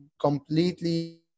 completely